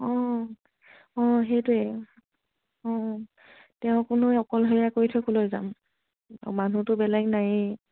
অঁ অঁ অঁ সেইটোৱেই অঁ তেওঁ আকৌ অকলশৰীয়া কৰি থৈ ক'লৈ যাম মানুহটো বেলেগ নাই